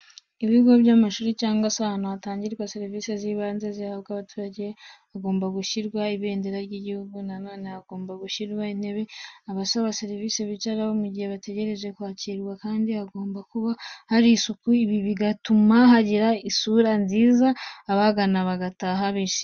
Ibigo by'amashuri cyangwa ahantu hatangirwa serivise zibanze zihabwa abaturage, hagomba gushyirwa ibendera ry'igihugu. Na none hagomba gushyirwa intebe abasaba serivice bicaraho mu gihe bategereje kwakirwa, kandi hagomba kuba hari isuku. Ibi bituma hagira isura nziza, abahagana bagataha bishimye.